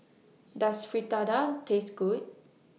Does Fritada Taste Good